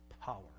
power